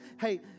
hey